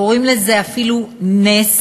קוראים לזה אפילו נס,